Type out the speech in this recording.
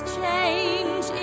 change